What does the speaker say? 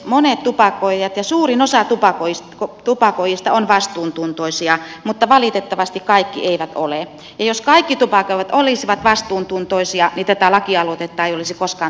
monet tupakoijat suurin osa tupakoijista ovat vastuuntuntoisia mutta valitettavasti kaikki eivät ole ja jos kaikki tupakoivat olisivat vastuuntuntoisia niin tätä lakialoitetta ei olisi koskaan